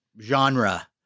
genre